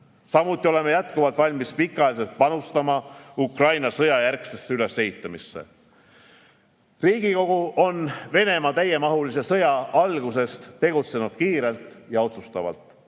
Samuti oleme jätkuvalt valmis pikaajaliselt panustama Ukraina sõjajärgsesse ülesehitamisse. Riigikogu on Venemaa täiemahulise sõja algusest tegutsenud kiirelt ja otsustavalt.